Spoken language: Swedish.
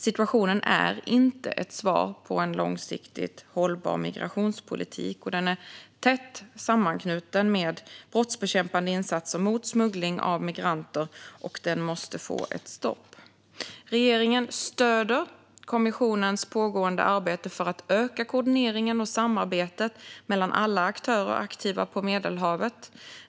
Situationen är inte ett svar på en långsiktigt hållbar migrationspolitik. Den är tätt sammanknuten med brottsbekämpande insatser mot smuggling av migranter, som måste få ett stopp. Regeringen stöder kommissionens pågående arbete för att öka koordineringen och samarbetet mellan alla aktörer aktiva på Medelhavet.